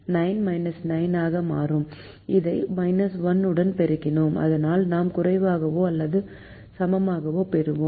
9 9 ஆக மாறும் இதையும் 1 உடன் பெருக்கினோம் இதனால் நாம் குறைவாகவோ அல்லது சமமாகவோ பெறுவோம்